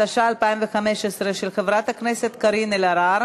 התשע"ה 2015, לוועדת הכלכלה נתקבלה.